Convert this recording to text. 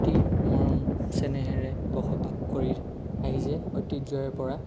অতি মৰম চেনেহেৰে বসবাস কৰি আহিছে অতীজৰে পৰা